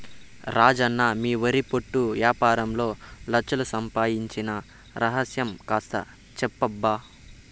రాజన్న మీ వరి పొట్టు యాపారంలో లచ్ఛలు సంపాయించిన రహస్యం కాస్త చెప్పబ్బా